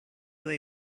they